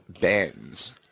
bands